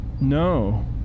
no